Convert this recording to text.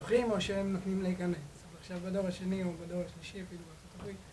הופכים או שהם נותנים להיכנס עכשיו בדור השני או בדור השלישי